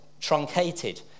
truncated